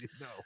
no